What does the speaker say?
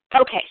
Okay